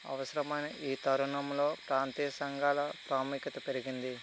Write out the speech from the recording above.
అవసరమని ఈ తరుణంలో ప్రాంతీయ సంఘాల ప్రాముఖ్యత పెరిగింది